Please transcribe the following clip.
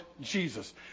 Jesus